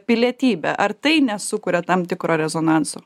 pilietybę ar tai nesukuria tam tikro rezonanso